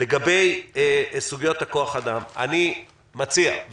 לגבי סוגיית כוח האדם אני מציע,